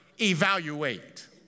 evaluate